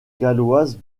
galloise